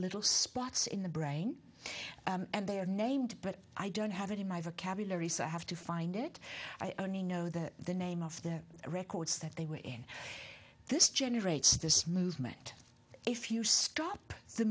little spots in the brain and they are named but i don't have it in my vocabulary so i have to find it i only know that the name of the records that they were in this generates this movement if you stop the